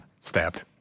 stabbed